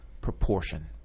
proportion